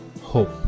hope